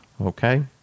Okay